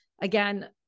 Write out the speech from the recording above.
again